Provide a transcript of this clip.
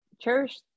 cherish